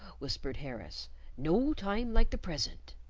whispered harris no time like the present.